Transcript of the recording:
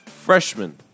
freshman